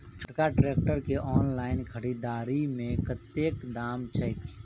छोटका ट्रैक्टर केँ ऑनलाइन खरीददारी मे कतेक दाम छैक?